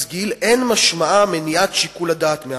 גיל אין משמעה מניעת שיקול הדעת מהרופא.